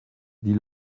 dit